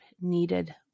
needed